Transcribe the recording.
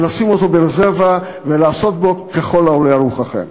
לשים אותו ברזרבה ולעשות בו ככל העולה על רוחכם?